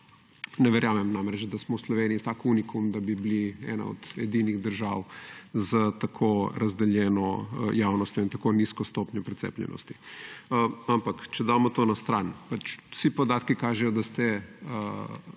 Ne verjamem namreč, da smo v Sloveniji tak unikum, da bi bili ena in edina država s tako razdeljeno javnostjo in tako nizko stopnjo precepljenosti. Ampak če damo to na stran. Vsi podatki kažejo, da ste na